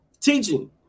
teaching